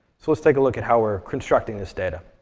so let's take a look at how we're constructing this data.